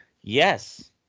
Yes